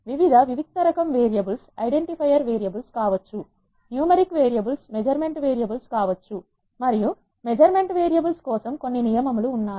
వివిధ వివిక్త రకం వేరియబుల్స్ ఐడెంటిఫైయర్ వేరియబుల్స్ కావచ్చు న్యూమరిక్ వేరియబుల్స్ మెజర్మెంట్ వేరియబుల్స్ కావచ్చు మరియు మెజర్మెంట్ వేరియబుల్స్ కోసం కొన్ని నియమాలు ఉన్నాయి